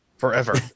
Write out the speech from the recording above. Forever